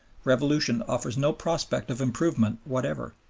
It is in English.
revolution offers no prospect of improvement whatever.